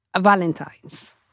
Valentine's